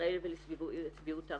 בישראל ולשביעות הרצון.